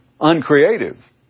uncreative